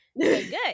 Good